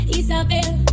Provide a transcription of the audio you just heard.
isabel